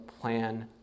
plan